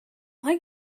like